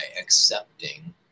accepting